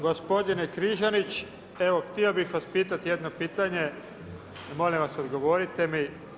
Gospodine Križanić, evo htio bih vas pitati jedno pitanje, molim vas odgovorite mi.